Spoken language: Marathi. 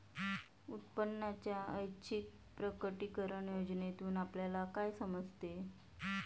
उत्पन्नाच्या ऐच्छिक प्रकटीकरण योजनेतून आपल्याला काय समजते?